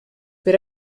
per